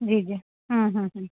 जी जी हम्म हम्म हम्म